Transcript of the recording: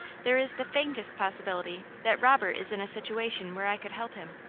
there is the faintest possibility that robert is in a situation where i could help him.